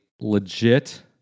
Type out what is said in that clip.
legit